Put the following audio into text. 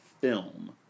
film